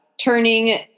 turning